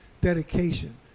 dedication